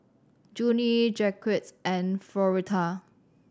Junie Jaquez and Floretta